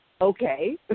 okay